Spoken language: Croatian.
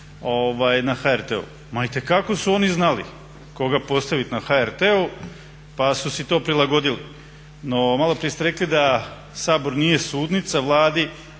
na HRT-u. Ma itekako su oni znali koga postaviti na HRT-u pa su si to prilagodili. No maloprije ste rekli da Sabor nije sudnica Vladi,